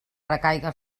recaiga